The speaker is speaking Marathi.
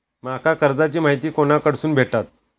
माका कर्जाची माहिती कोणाकडसून भेटात?